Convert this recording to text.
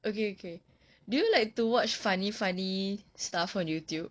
okay okay do you like to watch funny funny stuff on youtube